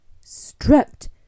stripped